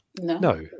No